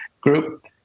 group